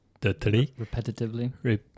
Repetitively